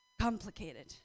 complicated